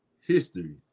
history